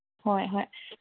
ꯍꯣꯏ ꯍꯣꯏ